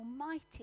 almighty